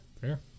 fair